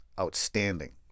Outstanding